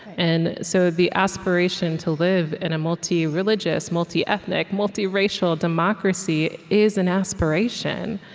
and so the aspiration to live in a multi-religious, multi-ethnic, multi-racial democracy is an aspiration.